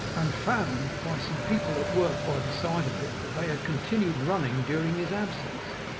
and found, by some people at work by the side of it, that they had continued running during his absence,